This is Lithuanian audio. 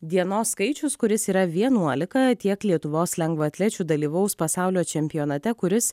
dienos skaičius kuris yra vienuolika tiek lietuvos lengvaatlečių dalyvaus pasaulio čempionate kuris